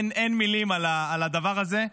אין מילים על הדבר הזה.